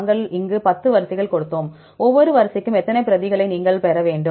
நாங்கள் இங்கு 10 வரிசைகளைக் கொடுத்தோம் ஒவ்வொரு வரிசைக்கும் எத்தனை பிரதிகளை நீங்கள் பெற வேண்டும்